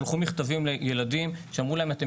שלחו מכתבים לילדים שאמרו להם - אתם